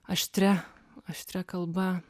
aštria aštria kalba